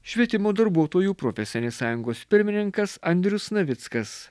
švietimo darbuotojų profesinės sąjungos pirmininkas andrius navickas